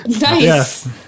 Nice